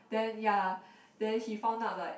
then ya then he found out like